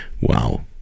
Wow